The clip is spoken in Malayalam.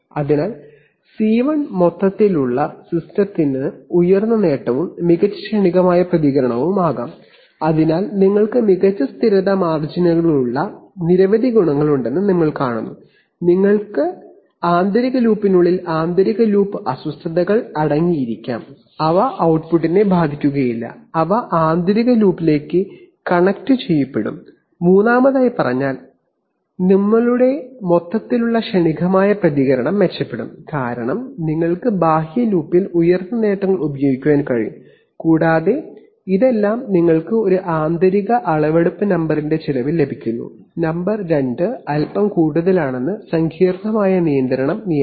അതിനാൽ സി1 മൊത്തത്തിലുള്ള സിസ്റ്റത്തിന് ഉയർന്ന നേട്ടവും മികച്ച ക്ഷണികമായ പ്രതികരണവുമാകാം അതിനാൽ നിങ്ങൾക്ക് മികച്ച സ്ഥിരത മാർജിനുകളുള്ള നിരവധി ഗുണങ്ങളുണ്ടെന്ന് നിങ്ങൾ കാണുന്നു ആന്തരിക ലൂപ്പിനുള്ളിൽ ആന്തരിക ലൂപ്പ് അസ്വസ്ഥതകൾ അടങ്ങിയിരിക്കാം അവ output ട്ട്പുട്ടിനെ ബാധിക്കുകയില്ല അവ ആന്തരിക ലൂപ്പിലേക്ക് കണക്റ്റുചെയ്യപ്പെടും മൂന്നാമതായി പറഞ്ഞാൽ നിങ്ങളുടെ മൊത്തത്തിലുള്ള ക്ഷണികമായ പ്രതികരണം മെച്ചപ്പെടും കാരണം നിങ്ങൾക്ക് ബാഹ്യ ലൂപ്പിൽ ഉയർന്ന നേട്ടങ്ങൾ ഉപയോഗിക്കാൻ കഴിയും കൂടാതെ ഇതെല്ലാം നിങ്ങൾക്ക് ഒരു അധിക അളവെടുപ്പ് നമ്പറിന്റെ ചെലവിൽ ലഭിക്കുന്നു നമ്പർ രണ്ട് അല്പം കൂടുതലാണ് സങ്കീർണ്ണമായ നിയന്ത്രണ നിയമം